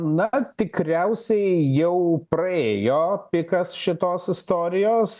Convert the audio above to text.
na tikriausiai jau praėjo pikas šitos istorijos